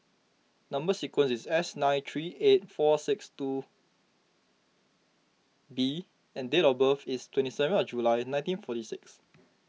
Number Sequence is S nine three eight four six seven two B and date of birth is twenty seven of July nineteen forty six